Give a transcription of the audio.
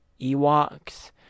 Ewoks